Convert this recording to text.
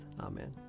Amen